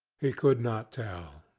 he could not tell.